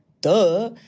Duh